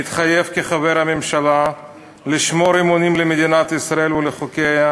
מתחייב כחבר הממשלה לשמור אמונים למדינת ישראל ולחוקיה,